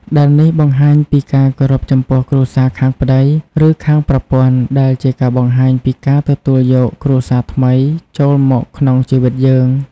ដែលនេះបង្ហាញពីការគោរពចំពោះគ្រួសារខាងប្តី ឬខាងប្រពន្ធ ដែលជាការបង្ហាញពីការទទួលយកគ្រួសារថ្មីចូលមកក្នុងជីវិតយើង។